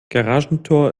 garagentor